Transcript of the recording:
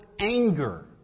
anger